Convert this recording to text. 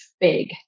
big